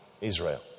Israel